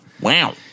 Wow